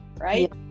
right